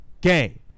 game